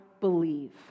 believe